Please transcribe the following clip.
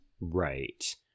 right